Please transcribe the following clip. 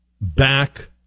back